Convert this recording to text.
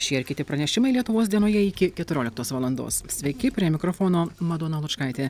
šie ir kiti pranešimai lietuvos dienoje iki keturioliktos valandos sveiki prie mikrofono madona lučkaitė